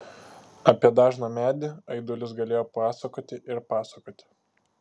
apie dažną medį aidulis galėjo pasakoti ir pasakoti